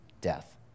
death